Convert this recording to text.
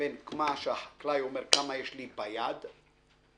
בין מה שהחקלאי אומר כמה יש לי ביד ובין